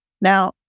Now